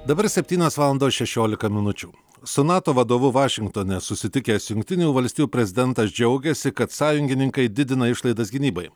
dabar septynios valandos šešiolika minučių su nato vadovu vašingtone susitikęs jungtinių valstijų prezidentas džiaugėsi kad sąjungininkai didina išlaidas gynybai